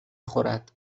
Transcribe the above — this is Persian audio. خورد